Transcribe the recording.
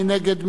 מי נגד?